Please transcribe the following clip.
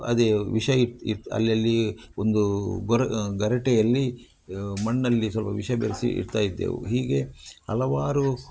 ಅದೇ ವಿಷ ಇಟ್ಟು ಇಟ್ಟು ಅಲ್ಲಲ್ಲಿ ಒಂದು ಗೊರ ಗರಟೆಯಲ್ಲಿ ಮಣ್ಣಲ್ಲಿ ಸ್ವಲ್ಪ ವಿಷ ಬೆರೆಸಿ ಇಡ್ತಾಯಿದ್ದೆವು ಹೀಗೆ ಹಲವಾರು